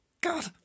God